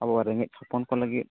ᱟᱵᱚ ᱨᱮᱸᱜᱮᱡ ᱦᱚᱯᱚᱱ ᱠᱚ ᱞᱟᱹᱜᱤᱫ